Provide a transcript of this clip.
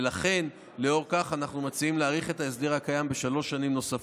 ולכן לאור כך אנחנו מציעים להאריך את ההסדר הקיים בשלוש שנים נוספות,